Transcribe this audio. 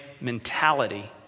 mentality